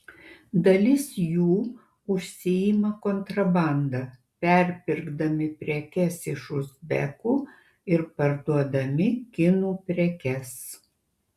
dalis jų užsiima kontrabanda perpirkdami prekes iš uzbekų ir parduodami kinų prekes